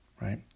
right